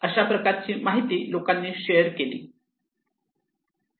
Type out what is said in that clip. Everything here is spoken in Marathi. अशा प्रकारची माहिती लोकांनी शेअर केली